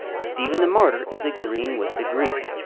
stephen the martyr is agreeing with the greek.